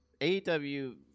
AEW